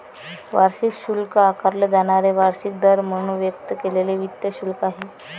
वार्षिक शुल्क आकारले जाणारे वार्षिक दर म्हणून व्यक्त केलेले वित्त शुल्क आहे